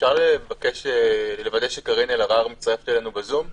אפשר לבקש לוודא שקארין אלהרר נמצאת איתנו בזום?